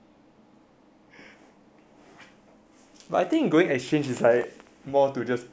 but I think going exchange is like more to just play eh